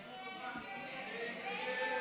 יואל חסון, זוהיר בהלול,